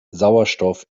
sauerstoff